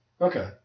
Okay